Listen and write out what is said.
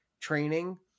training